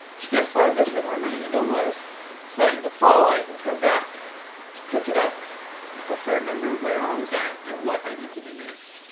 just gonna slide this in where my needle was slit in the fall i can come back to pick it up and hopefully remember where i was at and what i need to do next